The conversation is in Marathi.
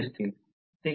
03 आहे